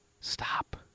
stop